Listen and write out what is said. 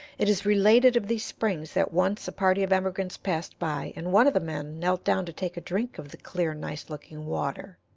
it is related of these springs that once a party of emigrants passed by, and one of the men knelt down to take a drink of the clear, nice-looking water.